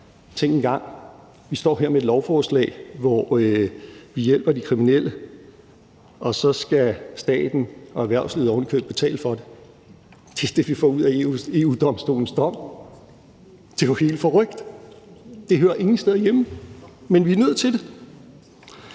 Tænk engang: Vi står her med et lovforslag, hvor vi hjælper de kriminelle, og så skal staten og erhvervslivet ovenikøbet betale for det. Det er det, vi får ud af EU-Domstolens dom. Det er jo helt forrykt! Det hører ingen steder hjemme, men vi er nødt til det.